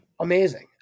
Amazing